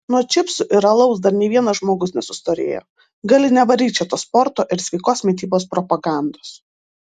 nuo čipsų ir alaus dar nei vienas žmogus nesustorėjo gali nevaryt čia tos sporto ir sveikos mitybos propagandos